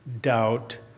doubt